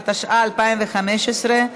התשע"ה 2015,